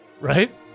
Right